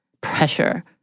pressure